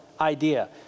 idea